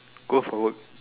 go for work